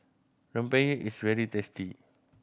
rempeyek is very tasty